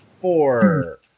four